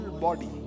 body